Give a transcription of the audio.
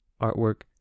artwork